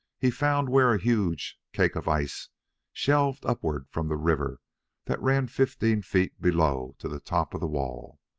he found where a huge cake of ice shelved upward from the river that ran fifteen feet below to the top of the wall.